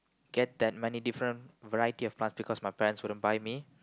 get that many different variety of plants because my parents wouldn't buy me